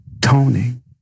toning